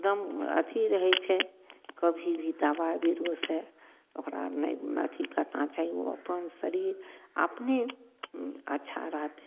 एकदम अथी रहय छै कभी भी दबाइ बीरोसँ ओकरा नहि अथी करना चाही ओ अपन शरीर अपने अच्छा रहतइ